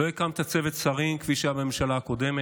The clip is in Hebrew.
לא הקמת צוות שרים כפי שהיה בממשלה הקודמת,